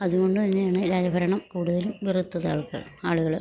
അത്കൊണ്ട്തന്നെയാണ് രാജ ഭരണം കൂടുതലും വെറുത്തത് ആൾക്കാർ ആളുകൾ